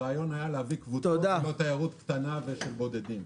הרעיון היה להביא קבוצות קטנות ובודדים.